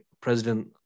President